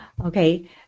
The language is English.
Okay